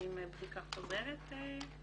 מתכננים בדיקה חוזרת בעניין הזה?